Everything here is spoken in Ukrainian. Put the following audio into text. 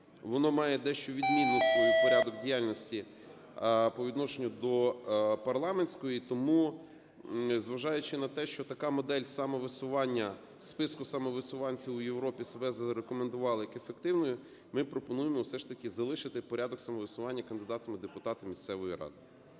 воно має дещо відмінний порядок діяльності по відношенню до парламентської. Тому, зважаючи на те, що така модель самовисування, списку самовисуванців, у Європі себе зарекомендувала як ефективна, ми пропонуємо, все ж таки, залишити порядок самовисування кандидатами в депутати місцевої ради.